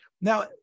Now